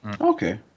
Okay